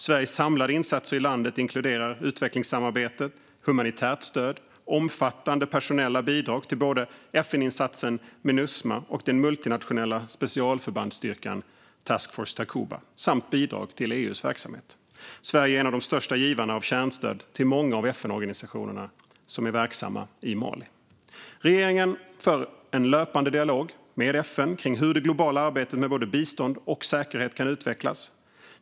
Sveriges samlade insatser i landet inkluderar utvecklingssamarbete, humanitärt stöd, omfattande personella bidrag till både FN-insatsen Minusma och den multinationella specialförbandsstyrkan Task Force Takuba samt bidrag till EU:s verksamhet. Sverige är även en av de största givarna av kärnstöd till många av FN-organisationerna verksamma i Mali. Regeringen för en löpande dialog med FN om hur det globala arbetet med både bistånd och säkerhet kan utvecklas.